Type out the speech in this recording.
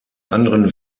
anderen